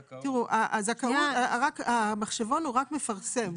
תראו, המחשבון הוא רק מפרסם.